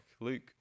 Luke